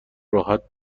راحت